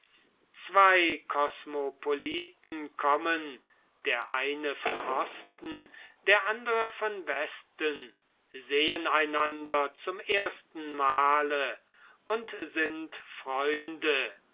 zween kosmopoliten kommen der eine von osten der andere von westen sehen einander zum erstenmale und sind freunde